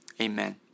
amen